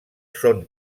són